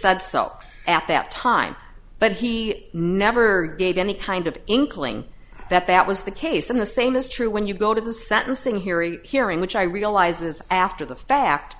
said so at that time but he never gave any kind of inkling that that was the case in the same is true when you go to the sentencing hearing hearing which i realize is after the fact